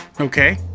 okay